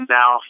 now